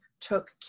took